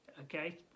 Okay